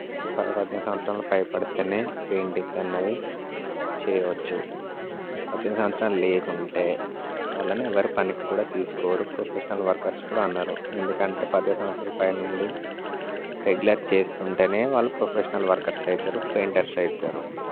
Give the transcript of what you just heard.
పద్దెనిమిది సంవత్సరాలు పై పడితేనే పెయింటింగ్ అన్నది చేయవచ్చు పద్దెనిమిది సంవత్సరాలు లేకుంటే వాళ్ళని ఎవరు పనికి కూడా తీసుకోరు ప్రొఫెషనల్ వర్కర్స్ కూడా అనరు ఎందుకంటే పద్దెనిమిది సంవత్సరాలు పైన ఉండి రెగ్యులర్ చేస్తూ ఉంటేనే వాళ్ళు ప్రొఫెషనల్ వర్కర్స్ అవుతారు పెయింటర్స్ అవుతారు